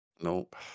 Nope